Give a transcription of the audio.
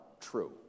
true